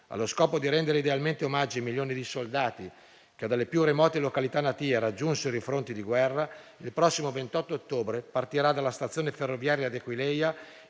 Allo scopo di rendere idealmente omaggio ai milioni di soldati, che dalle più remote località natie raggiunsero i fronti di guerra, il prossimo 28 ottobre partirà dalla stazione ferroviaria di Aquileia